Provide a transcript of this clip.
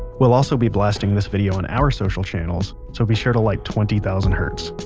we'll also be blasting this video on our social channels, so be sure to like twenty thousand hertz.